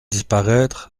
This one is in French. disparaître